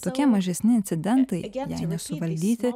tokie mažesni incidentai jei nesuvaldyti